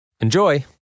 Enjoy